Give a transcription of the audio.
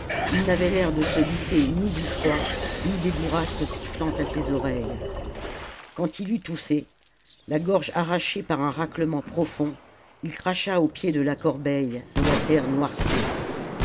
il n'avait l'air de se douter ni du froid ni des bourrasques sifflant à ses oreilles quand il eut toussé la gorge arrachée par un raclement profond il cracha au pied de la corbeille et la terre noircit